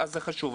זה חשוב,